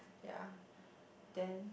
yeah then